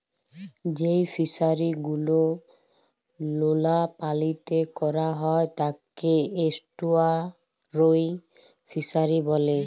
যেই ফিশারি গুলো লোলা পালিতে ক্যরা হ্যয় তাকে এস্টুয়ারই ফিসারী ব্যলে